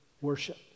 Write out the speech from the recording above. worship